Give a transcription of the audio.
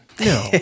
No